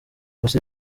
gusa